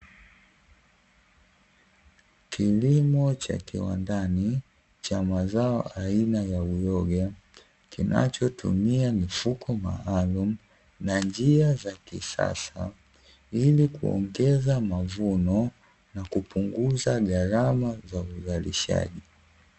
Kilimo cha kiwandani cha mazao aina ya uyoga, kinachotumia mifuko maalumu na njia za kisasa, ili kuongeza mavuno na kupunguza gharama ya uzalishaji.